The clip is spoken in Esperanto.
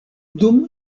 dum